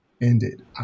ended